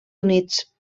units